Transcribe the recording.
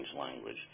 language